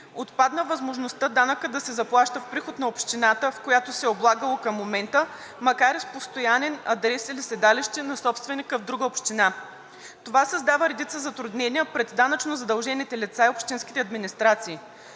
Отпадна възможността данъкът да се заплаща в приход на общината, в която се е облагало към момента, макар и с постоянен адрес или седалище на собственика в друга община. Това създава редица затруднения пред данъчно задължените лица и общинските администрации.